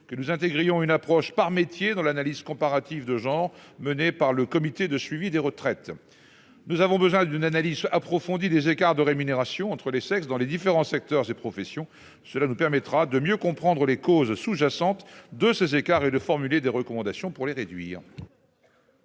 que nous intégrions une approche par métier dans l'analyse comparative de genre menée par le Comité de suivi des retraites (CSR). Nous avons besoin d'une analyse approfondie des écarts de rémunération entre les sexes dans les différents secteurs et professions. Cela nous permettra de mieux comprendre les causes sous-jacentes de ces écarts et de formuler des recommandations pour les réduire.